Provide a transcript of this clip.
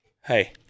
hey